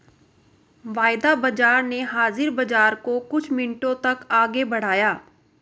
वायदा बाजार ने हाजिर बाजार को कुछ मिनटों तक आगे बढ़ाया